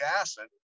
acid